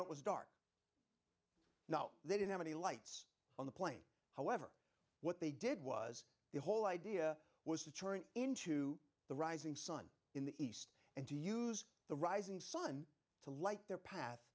know it was dark now they didn't have any lights on the plane however what they did was the whole idea was to turn into the rising sun in the east and to use the rising sun to light their pa